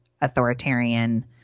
authoritarian